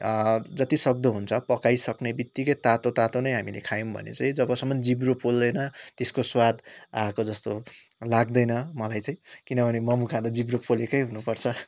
जतिसक्दो हुन्छ पकाइसक्ने बितिक्कै तातो तातोनै हामीले खायौँ भने चाहिँ जबसम्म जिब्रो पोल्दैन त्यसको स्वाद आएको जस्तो लाग्दैन मलाई चाहिँ किनभने मोमो खानु जिब्रो पोलेकै हुनुपर्छ